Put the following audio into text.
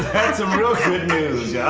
that's some real good news yeah